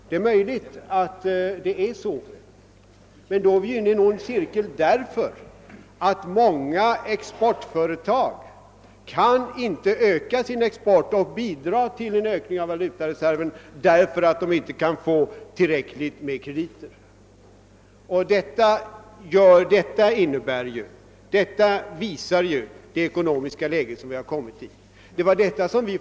Det är möjligt att det förhåller sig så, men då är vi inne i en ond cirkel, eftersom många expöortföretag inte kan öka sin export och därigenom bidra till en ökning av valutareserven därför att de inte kan få tillräckligt stora krediter: Detta visar hurdant det ekonomiska läge är som landet har råkat kommaii.